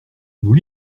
nous